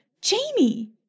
Jamie